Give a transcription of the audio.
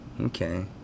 Okay